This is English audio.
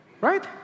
Right